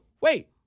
wait